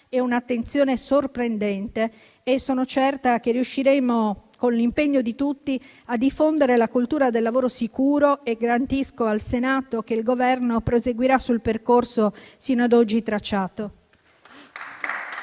un'attenzione sorprendenti. Sono certa che, con l'impegno di tutti, riusciremo a diffondere la cultura del lavoro sicuro e garantisco al Senato che il Governo proseguirà sul percorso sino ad oggi tracciato.